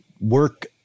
work